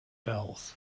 belz